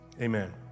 Amen